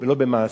לא במעשה,